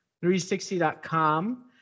360.com